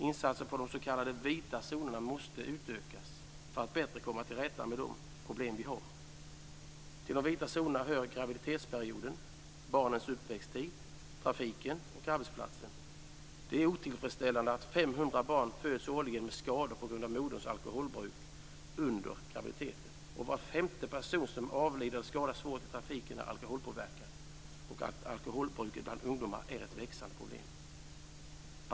Insatser på de s.k. vita zonerna måste utökas för att bättre komma till rätta med problemen. Till de vita zonerna hör graviditetsperioden, barnens uppväxttid, trafiken och arbetsplatsen. Det är otillfredsställande att 500 barn årligen föds med skador på grund av moderns alkoholbruk under graviditeten, att var femte person som avlider eller skadas svårt i trafiken är alkoholpåverkad och att alkoholbruket bland ungdomar är ett växande problem.